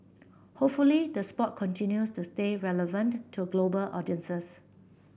hopefully the sport continues to stay relevant to global audiences